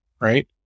right